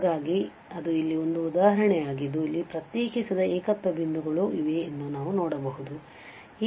ಹಾಗಾಗಿ ಅದು ಇಲ್ಲಿ ಒಂದು ಉದಾಹರಣೆಯಾಗಿದ್ದು ಇಲ್ಲಿ ಪ್ರತ್ಯೇಕಿಸದ ಏಕತ್ವ ಬಿಂದುಗಳೂ ಇವೆ ಎಂದು ನಾವು ನೋಡಬಹುದು